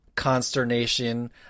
consternation